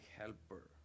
helper